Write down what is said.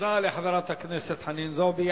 תודה לחברת הכנסת חנין זועבי.